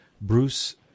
Bruce